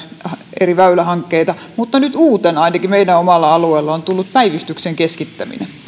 eri väylähankkeita mutta nyt uutena ainakin meidän omalla alueellamme on tullut päivystyksen keskittäminen